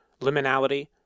Liminality